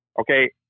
Okay